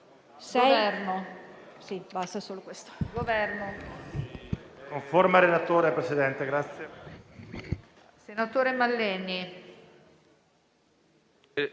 Governo,